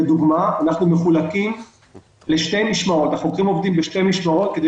לדוגמה: החוקרים עובדים בשתי משמרות כדי